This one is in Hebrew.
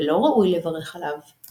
ולא ראוי לברך עליו.